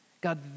God